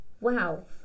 Wow